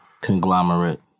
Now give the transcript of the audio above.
conglomerate